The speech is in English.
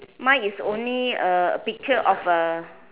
mine is only a a picture of a